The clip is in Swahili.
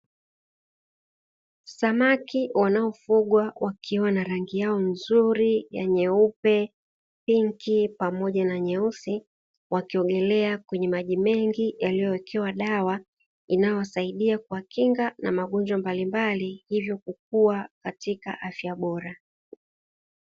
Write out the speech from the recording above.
Samaki wanaofugwa wakiwa na rangi yao nzuri (nyeupe, pinki, pamoja na nyeusi), wakiogelea kwenye maji mengi yaliyowekewa dawa inayowasaidia kuwakinga na magonjwa mbalimbali, hivyo kuwa katika afya bora.